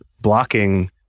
blocking